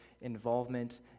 involvement